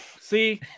See